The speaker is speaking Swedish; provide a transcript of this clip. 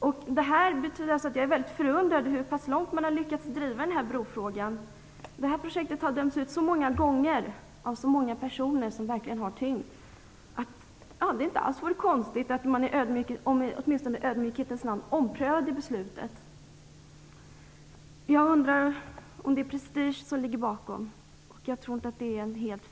Jag är förundrad över hur långt man har lyckats driva den här brofrågan. Projektet har dömts ut så många gånger och av så många personer som verkligen har tyngd att det inte alls vore konstigt om man - om inte annat så åtminstone i ödmjukhetens namn - omprövade beslutet. Jag undrar om det är prestige som ligger bakom att man inte gör det.